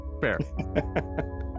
fair